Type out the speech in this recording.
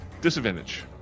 Disadvantage